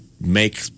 make